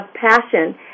passion